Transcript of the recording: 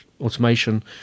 automation